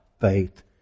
faith